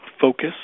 focus